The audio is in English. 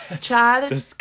chad